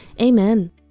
Amen